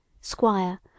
Squire